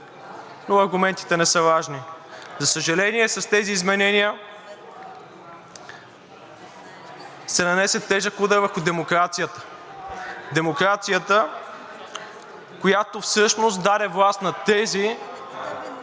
Но аргументите не са важни. За съжаление, с тези изменения се нанесе тежък удар върху демокрацията – демокрацията, всъщност даде власт на тези,